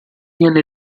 viene